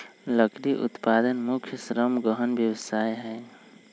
लकड़ी उत्पादन मुख्य श्रम गहन व्यवसाय हइ